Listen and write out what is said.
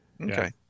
Okay